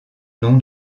nom